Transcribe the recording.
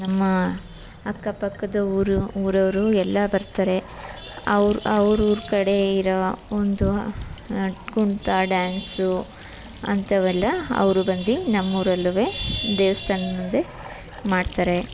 ನಮ್ಮ ಅಕ್ಕಪಕ್ಕದ ಊರು ಊರವರು ಎಲ್ಲ ಬರ್ತಾರೆ ಅವರು ಅವ್ರ ಊರು ಕಡೆ ಇರೋ ಒಂದು ಕುಣಿತ ಡ್ಯಾನ್ಸು ಅಂಥವೆಲ್ಲ ಅವರು ಬಂದು ನಮ್ಮೂರಲ್ಲು ದೇವ್ಸ್ಥಾನದ ಮುಂದೆ ಮಾಡ್ತಾರೆ